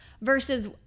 versus